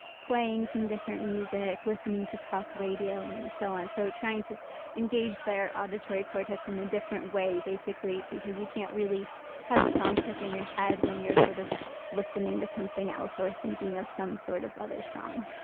playing some different music, listening to talk radio, and so on. so trying to engage their auditory cortex in a different way basically because you can't really have a song stuck in your head when you're sort of listening to something else, or thinking of some sort of other song